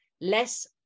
less